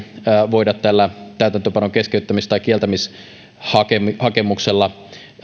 voida tällä täytäntöönpanon keskeyttämis tai kieltämishakemuksella